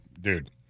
dude